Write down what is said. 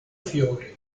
fiore